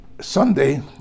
Sunday